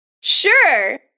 sure